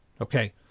Okay